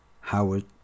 Howard